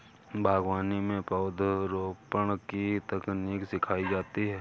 बागवानी में पौधरोपण की तकनीक सिखाई जाती है